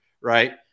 right